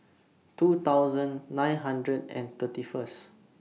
two thousand nine hundred and thirty First